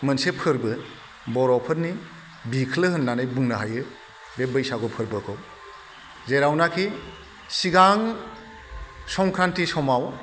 मोनसे फोरबो बर'फोरनि बिख्लो होननानै बुंनो हायो बे बैसागु फोरबोखौ जेरावनाखि सिगां संक्रान्ति समाव